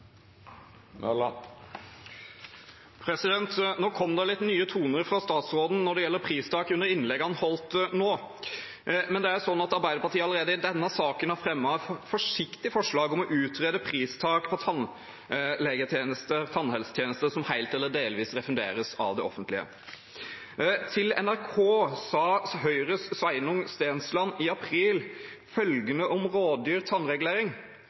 Det kom litt nye toner fra statsråden når det gjelder pristak under innlegget han holdt nå. Men det er jo sånn at Arbeiderpartiet allerede i denne saken har fremmet et forsiktig forslag om å utrede pristak for tannhelsetjenester som helt eller delvis refunderes av det offentlige. Til NRK sa Høyres helsepolitiske talsmann, Sveinung Stensland, i april følgende om rådyr tannregulering: